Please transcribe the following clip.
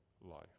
life